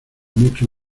mucho